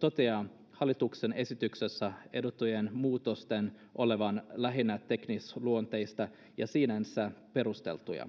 toteaa hallituksen esityksessä ehdotettujen muutosten olevan lähinnä teknisluonteisia ja sinänsä perusteltuja